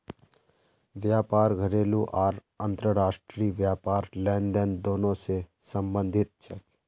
व्यापार घरेलू आर अंतर्राष्ट्रीय व्यापार लेनदेन दोनों स संबंधित छेक